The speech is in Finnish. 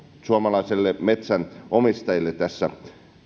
suomalaiselle metsänomistajille tässä